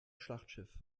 schlachtschiff